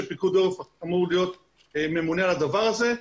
פיקוד העורף אמור להיות ממונה על הדבר הזה,